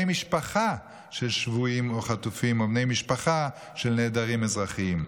משפחה של שבויים או חטופים או בני משפחה של נעדרים אזרחיים.